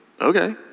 okay